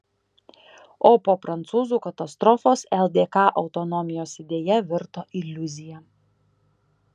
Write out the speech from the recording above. o po prancūzų katastrofos ldk autonomijos idėja virto iliuzija